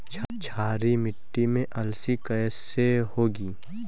क्षारीय मिट्टी में अलसी कैसे होगी?